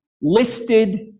listed